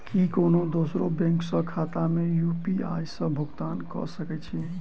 की कोनो दोसरो बैंक कऽ खाता मे यु.पी.आई सऽ भुगतान कऽ सकय छी?